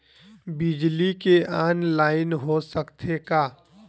बिजली के ऑनलाइन हो सकथे का?